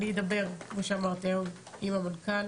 כמו שאמרתי, אני אדבר היום עם המנכ"ל